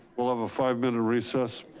we'll have a five minute recess.